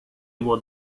его